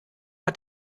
hat